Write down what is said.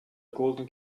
golden